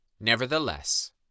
Nevertheless